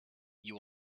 you